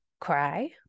cry